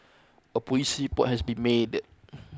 a police report has been made